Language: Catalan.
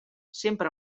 sempre